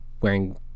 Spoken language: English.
wearing